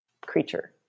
creature